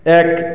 এক